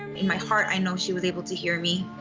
in my heart, i know she was able to hear me,